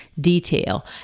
detail